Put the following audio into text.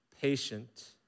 patient